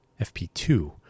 FP2